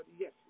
yes